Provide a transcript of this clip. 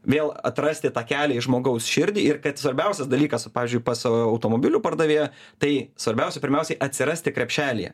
vėl atrasti takelį į žmogaus širdį ir kad svarbiausias dalykas o pavyzdžiui pas automobilių pardavėją tai svarbiausia pirmiausiai atsirasti krepšelyje